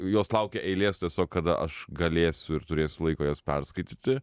jos laukia eilės tiesiog kada aš galėsiu ir turėsiu laiko jas perskaityti